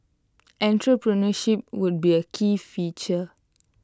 entrepreneurship would be A key feature